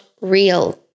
real